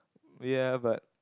ya but